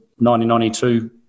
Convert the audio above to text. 1992